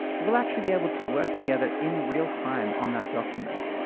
we'll actually be able to work together in real-time on that document.